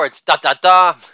da-da-da